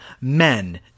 men